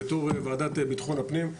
בתור ועדה לביטחון הפנים,